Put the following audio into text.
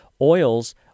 oils